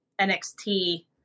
NXT